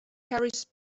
carries